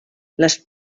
les